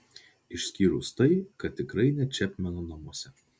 išskyrus tai kad tikrai ne čepmeno namuose